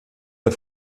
der